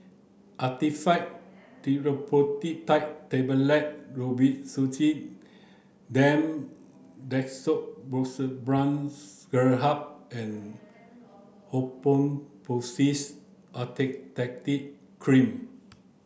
Actifed Triprolidine Tablets Robitussin DM Dextromethorphan Syrup and Hydrocortisone Acetate Cream